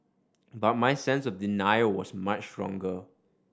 but my sense of denial was much stronger